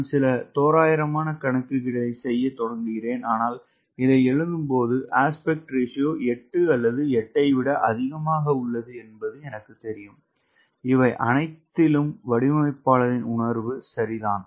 நான் சில தோராயமான கணக்கீடுகளைச் செய்யத் தொடங்குகிறேன் ஆனால் இதை எழுதும்போது விகித விகிதம் 8 அல்லது 8 ஐ விட அதிகமாக உள்ளது என்பது எனக்குத் தெரியும் இவை அனைத்திலும் வடிவமைப்பாளரின் உணர்வு சரிதான்